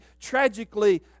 tragically